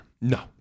No